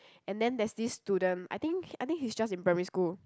and then there's this student I think I think he's just in primary school